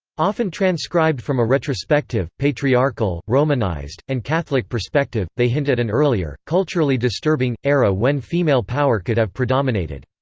often transcribed from a retrospective, patriarchal, romanised, and catholic perspective, they hint at an earlier, culturally disturbing, era when female power could have predominated.